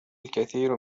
الكثير